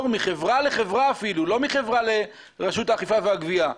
מחברה לחברה אפילו לא מחברה לרשות האכיפה והגבייה.